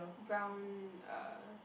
brown uh